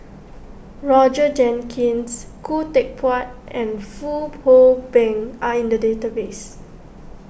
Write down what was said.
Roger Jenkins Khoo Teck Puat and Fong Hoe Beng are in the database